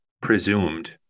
presumed